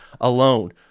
alone